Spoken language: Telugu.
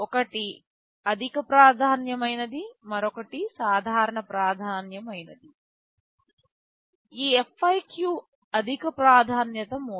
ఒకటి అధిక ప్రాధాన్యం అయినది మరొకటి సాధారణ ప్రాధాన్యం అయినది ఈ FIQ అధిక ప్రాధాన్యత మోడ్